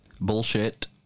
Bullshit